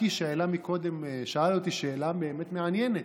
קיש שאל אותי שאלה באמת מעניינת: